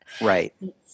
Right